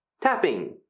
tapping